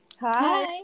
Hi